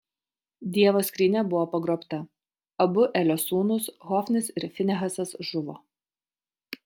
dievo skrynia buvo pagrobta abu elio sūnūs hofnis ir finehasas žuvo